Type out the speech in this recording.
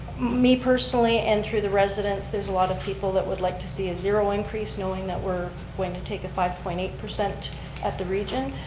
me, personally and through the residents, there's a lot of people that would like to see a zero increase knowing that we're going to take a five point eight at the region.